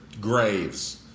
graves